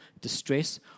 distress